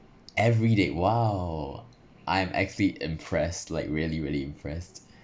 everyday !wow! I'm actually impressed like really really impressed